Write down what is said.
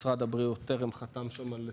משרד הבריאות טרם חתם שם על הסכם,